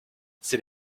c’est